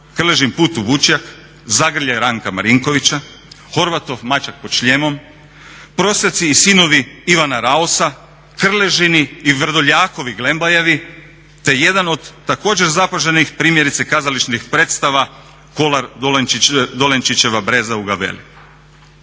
Krležin Put u Vučjak, Zagrljaj Ranka Marinkovića, Horvatov Mačak pod šljemom, Prosjaci i sinovi Ivana Raosa, Krležini i Vrdoljakovi Glembajevi te jedan također zapaženih primjerice kazališnih predstava Kolar Dolenčićeva breza u Gavelli.